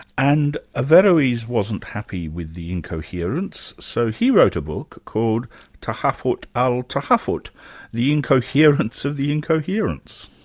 and averroes wasn't happy with the incoherence, so he wrote a book called tahafut al-tahafut the incoherence of the incoherence.